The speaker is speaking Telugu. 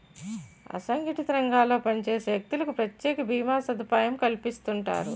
అసంగటిత రంగాల్లో పనిచేసే వ్యక్తులకు ప్రత్యేక భీమా సదుపాయం కల్పిస్తుంటారు